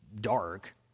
dark